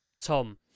Tom